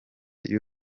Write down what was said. y’u